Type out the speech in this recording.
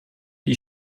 die